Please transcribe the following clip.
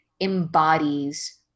embodies